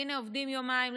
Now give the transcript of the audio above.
הינה עובדים יומיים,